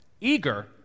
eager